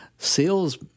Sales